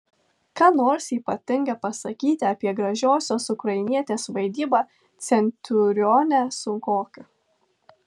ką nors ypatinga pasakyti apie gražiosios ukrainietės vaidybą centurione sunkoka